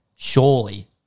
surely